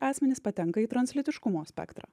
asmenys patenka į translytiškumo spektrą